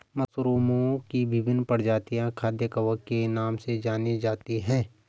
मशरूमओं की विभिन्न प्रजातियां खाद्य कवक के नाम से जानी जाती हैं